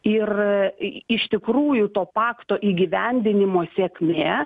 ir iš tikrųjų to pakto įgyvendinimo sėkmė